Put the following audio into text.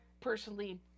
personally